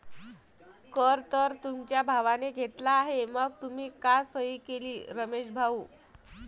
कर तर तुमच्या भावाने घेतला आहे मग तुम्ही का सही केली रमेश भाऊ?